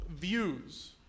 views